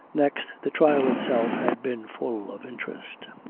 next, the trial itself had been full of interest.